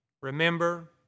remember